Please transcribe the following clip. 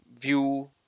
view